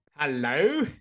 hello